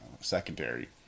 secondary